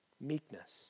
meekness